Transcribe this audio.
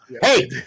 Hey